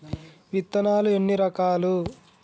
విత్తనాలు ఎన్ని రకాలు?